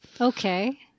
okay